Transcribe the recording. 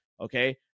okay